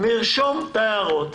לרשום את ההערות.